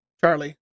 Charlie